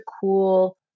cool